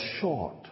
short